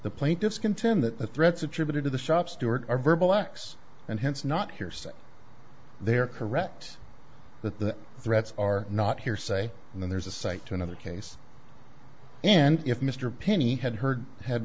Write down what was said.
the plaintiffs contend that the threats attributed to the shop steward are verbal acts and hence not hearsay they are correct that the threats are not hearsay and then there's a cite to another case and if mr pinney had heard had